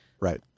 Right